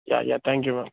yeah yeah thank you ma'am